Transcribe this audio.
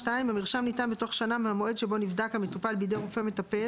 "(2) המרשם ניתן בתוך שנה מהמועד שבו נבדק המטופל בידי רופא מטפל"